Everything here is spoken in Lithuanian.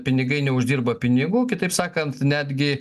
pinigai neuždirba pinigų kitaip sakant netgi